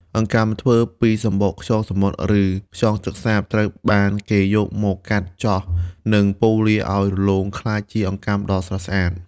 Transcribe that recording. អង្កាំធ្វើពីសំបកខ្យងសមុទ្រ ឬខ្យងទឹកសាប ត្រូវបានគេយកមកកាត់ ចោះ និងប៉ូលាឲ្យរលោងក្លាយជាអង្កាំដ៏ស្រស់ស្អាត។